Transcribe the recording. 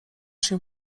się